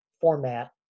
format